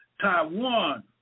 Taiwan